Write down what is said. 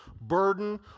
burden